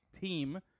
team